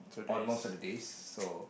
almost of the days so